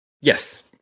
Yes